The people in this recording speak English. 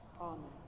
Amen